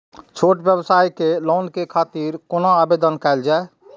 छोट व्यवसाय के लोन के खातिर कोना आवेदन कायल जाय?